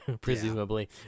presumably